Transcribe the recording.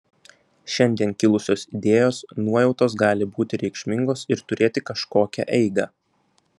šiandien kilusios idėjos nuojautos gali būti reikšmingos ir turėti kažkokią eigą